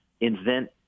invent